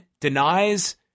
denies